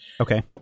Okay